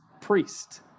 priest